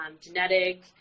genetic